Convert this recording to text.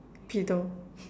pillow